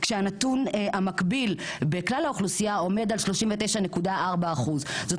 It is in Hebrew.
כשהנתון המקביל בכלל האוכלוסייה עומד על 39.4%. זאת